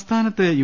സംസ്ഥാനത്ത് യു